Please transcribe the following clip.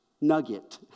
nugget